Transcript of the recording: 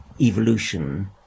evolution